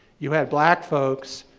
you had black folks,